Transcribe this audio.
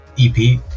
EP